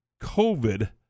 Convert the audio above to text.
COVID